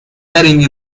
heading